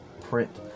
print